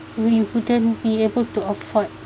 we wouldn't be able to afford